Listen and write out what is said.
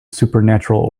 supernatural